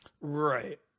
right